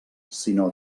sinó